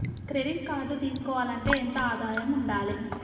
Credit card తీసుకోవాలంటే ఎంత ఆదాయం ఉండాలే?